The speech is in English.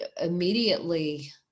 immediately